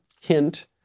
Hint